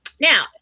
now